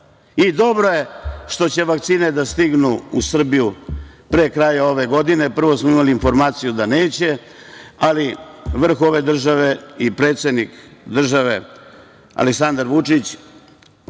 Dobro je što će vakcine da stignu u Srbiju pre kraja ove godine. Prvo smo imali informaciju da neće, ali vrh ove države i predsednik države, Aleksandar Vučić